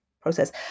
process